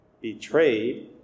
betrayed